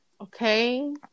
okay